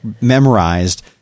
memorized